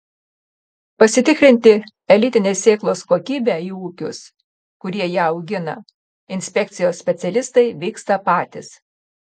pasitikrinti elitinės sėklos kokybę į ūkius kurie ją augina inspekcijos specialistai vyksta patys